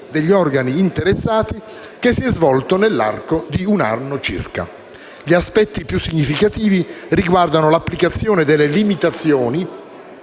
degli organi interessati, che si è svolto nell'arco di circa un anno. Gli aspetti più significativi riguardano l'applicazione delle limitazioni